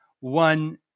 one